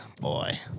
boy